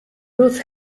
ruth